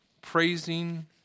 praising